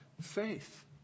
faith